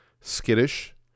skittish